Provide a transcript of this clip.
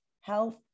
health